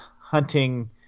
hunting